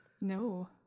No